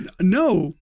no